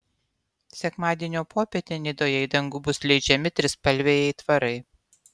sekmadienio popietę nidoje į dangų bus leidžiami trispalviai aitvarai